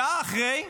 שעה אחרי,